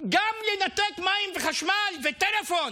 גם לנתק מים, חשמל וטלפון.